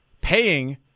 paying